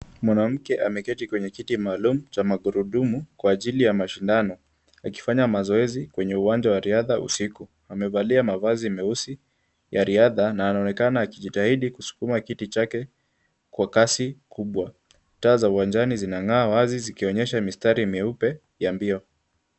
Mwanamke ameketi kwenye kiti maalum cha magurudumu kwa ajili ya mashindano akifanya mazoezi kwenye uwanja wa riadha usiku. Amevalia mavazi meusi ya riadha na anaonekana akijitahidi kusukuma kiti chake kwa kasi kubwa. Taa za uwanjani zinang'aa wazi zikionyesha mistari mieupe ya mbio.